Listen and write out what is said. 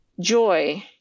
joy